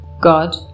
God